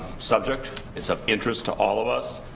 subject it's of interest to all of us,